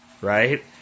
right